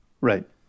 right